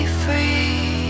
free